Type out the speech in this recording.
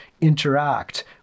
interact